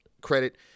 credit